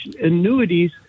annuities